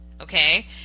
okay